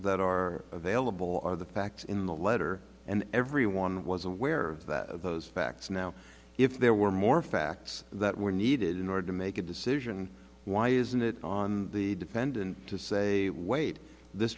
that are available are the facts in the letter and everyone was aware of that those facts now if there were more facts that were needed in order to make a decision why isn't it on the defendant to say wait this